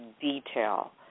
detail